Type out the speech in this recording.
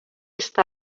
està